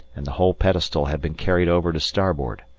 and the whole pedestal had been carried over to starboard.